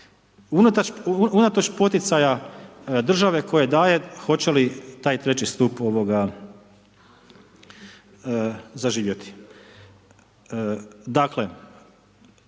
Unatoč poticaja države koja daje hoće li taj treći stup zaživjeti. Dakle,